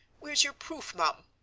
where's your proof, mum?